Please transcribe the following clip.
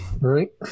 Right